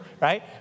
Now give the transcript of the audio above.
right